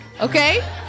okay